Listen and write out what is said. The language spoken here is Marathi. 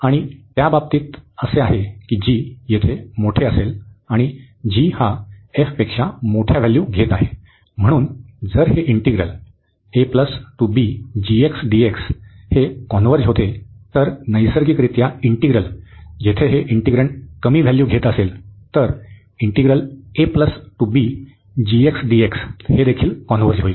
आणि त्या बाबतीत असे आहे की g येथे मोठे असेल आणि g हा f पेक्षा मोठ्या व्हॅल्यू घेत आहे म्हणून जर हे इंटिग्रल हे कॉन्व्हर्ज होते तर नैसर्गिकरित्या इंटिग्रल जिथे हे इंटिग्रेन्ड कमी व्हॅल्यू घेत असेल तर हे देखील कॉन्व्हर्ज होईल